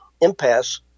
impasse